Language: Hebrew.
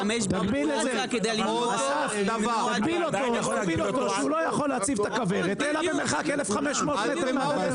תגביל אותו שהוא לא יכול להציב את הכוורת אלא במרחק 1,500 מטר מהגדר.